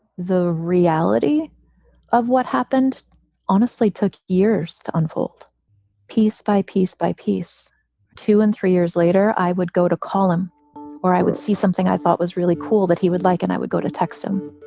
the reality of what happened honestly took years to unfold piece by piece by piece two and three years later, i would go to a column where i would see something i thought was really cool that he would like and i would go to text him.